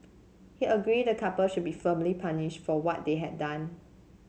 he agreed the couple should be firmly punished for what they had done